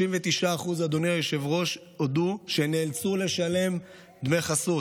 39%, אדוני היושב-ראש, הודו שנאלצו לשלם דמי חסות.